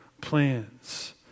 plans